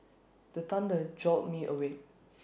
the thunder jolt me awake